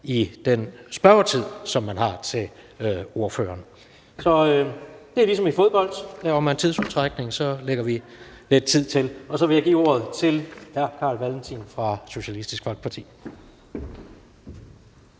den spørgetid, som man har til ordføreren. Så det er ligesom i fodbold; laver man tidsudtrækning, lægger vi lidt tid til. Så vil jeg give ordet til hr. Carl Valentin fra Socialistisk Folkeparti.